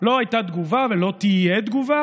לא הייתה תגובה ולא תהיה תגובה,